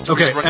Okay